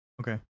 Okay